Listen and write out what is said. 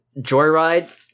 Joyride